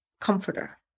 comforter